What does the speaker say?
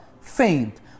Faint